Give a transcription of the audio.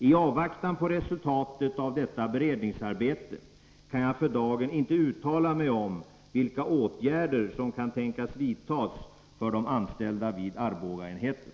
I avvaktan på resultatet av detta beredningsarbete kan jag för dagen inte uttala mig om vilka åtgärder som kan tänkas vidtas för de anställda vid Arbogaenheten.